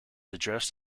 addressed